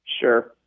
Sure